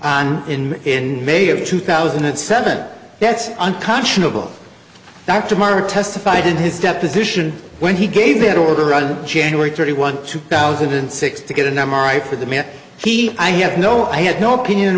in in may of two thousand and seven that's unconscionable that tamara testified in his deposition when he gave that order on january thirty one two thousand and six to get an m r i for the man he i have no i had no opinion